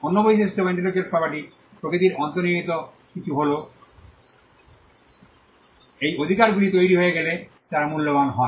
অন্য বৈশিষ্ট্য বা ইন্টেলেকচুয়াল প্রপার্টি প্রকৃতির অন্তর্নিহিত কিছু হল এই অধিকারগুলি তৈরি হয়ে গেলে তারা মূল্যবান হয়